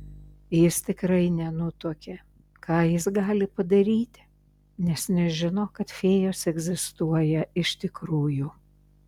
jis tikrai nenutuokė ką jis gali padaryti nes nežino kad fėjos egzistuoja iš tikrųjų